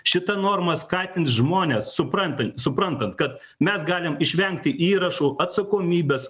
šita norma skatint žmones suprantant suprantant kad mes galim išvengti įrašų atsakomybės